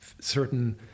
certain